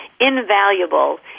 invaluable